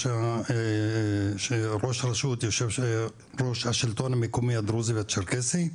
כשהייתי ראש רשות ויו"ר השלטון המקומי הדרוזי והצ'רקסי,